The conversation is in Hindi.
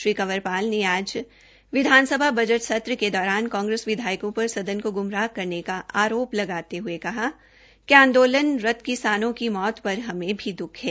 श्री कंवरपाल ने आज विधानसभा बजट सत्र के दौरान कांग्रेस विधायकों पर सदन को गुमराह करने का आरोप लगाते हुए कहा कि आंदोलनरत किसानों की मौत पर हमें भी दुःख है